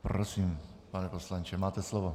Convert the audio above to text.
Prosím, pane poslanče, máte slovo.